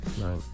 Right